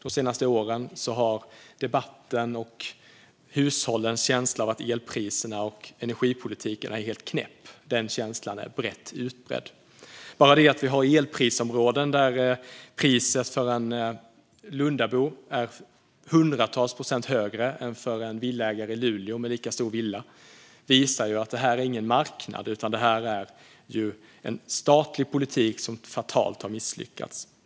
De senaste åren har debatten förts, och hushållen har en känsla av att elpriserna och energipolitiken är helt knäppa. Den känslan är utbredd. Bara det att vi har elprisområden där priset för en villaägare i Lund är hundratals procent högre än priset för en villaägare i Luleå - villorna är lika stora - visar att detta inte är någon marknad. Det är en statlig politik som fatalt har misslyckats.